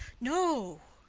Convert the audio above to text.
no,